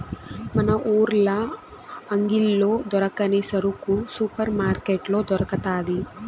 మన ఊర్ల అంగిల్లో దొరకని సరుకు సూపర్ మార్కట్లో దొరకతాది